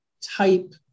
type